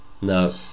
no